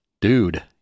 Dude